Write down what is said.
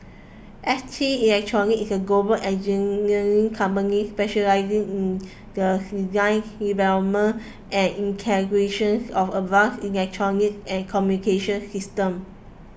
S T Electronics is a global engineering company specialising in the design development and integrations of advanced electronics and communications systems